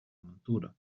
montura